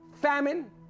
famine